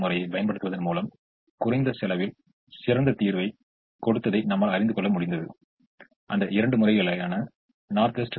இப்போது இரண்டு விஷயங்கள் மட்டுமே நடக்க வாய்ப்புள்ளது அதாவது ஒன்று உகந்த தீர்வு இருக்கலாம் மற்றொன்று உகந்த தீர்வு இல்லாமல் இருக்கலாம்